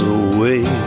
away